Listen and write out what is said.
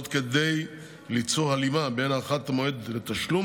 כדי ליצור הלימה בין הארכת המועד לתשלום